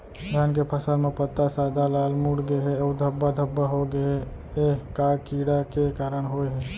धान के फसल म पत्ता सादा, लाल, मुड़ गे हे अऊ धब्बा धब्बा होगे हे, ए का कीड़ा के कारण होय हे?